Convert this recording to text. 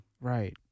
Right